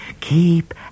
Keep